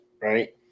right